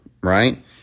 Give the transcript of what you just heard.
right